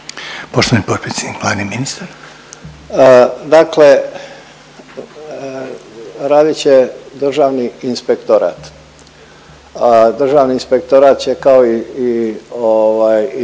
**Božinović, Davor (HDZ)** Dakle, radit će Državni inspektorat. Državni inspektorat će kao i